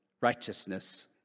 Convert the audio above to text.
righteousness